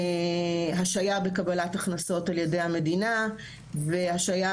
השהייה בקבלת הכנסות על ידי המדינה והשהייה